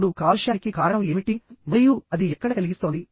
ఇప్పుడు కాలుష్యానికి కారణం ఏమిటి మరియు అది ఎక్కడ కలిగిస్తోంది